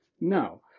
No